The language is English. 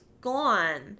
Gone